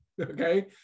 okay